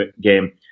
game